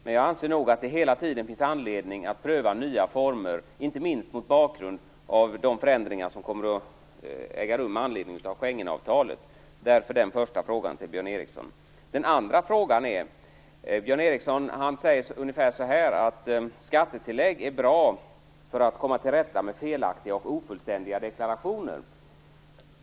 Men jag anser nog att det hela tiden finns anledning att pröva nya former, inte minst mot bakgrund av de förändringar som kommer att äga rum med anledning av Schengenavtalet. Därför vill jag ställa den frågan till Björn Ericson. Så till den andra frågan. Björn Ericson säger ungefär följande: Skattetillägg är bra för att komma till rätta med felaktiga och ofullständiga deklarationer.